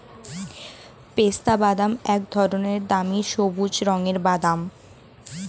পেস্তাবাদাম এক ধরনের দামি সবুজ রঙের বাদাম